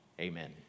amen